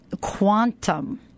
quantum